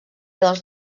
dels